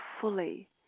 fully